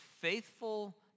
faithful